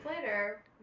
later